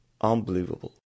unbelievable